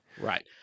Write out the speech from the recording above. Right